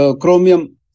chromium